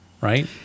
right